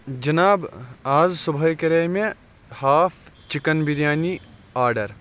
جِناب آز صُبحے کَرے مےٚ ہاف چِکن بِریانی آرڈَر